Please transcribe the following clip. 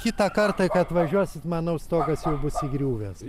kitą kartą kai atvažiuosit manau stogas jau bus įgriuvęs